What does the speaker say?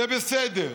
זה בסדר.